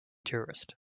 tourist